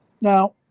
Now –